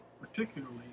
particularly